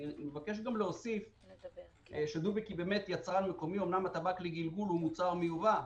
אמנם הטבק לגלגול הוא מוצר מיובא,